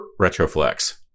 Retroflex